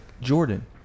jordan